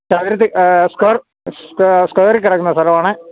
സ്ക്വയറില് കിടക്കുന്ന സ്ഥലമാണ്